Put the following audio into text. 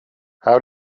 how